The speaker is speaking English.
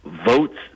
votes